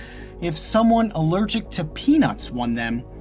if someone allergic to peanuts won them,